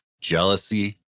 jealousy